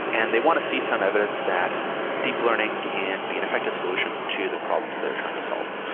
and they want to see some evidence that deep learning can be an effective solution to the problems that they're trying to solve.